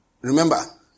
remember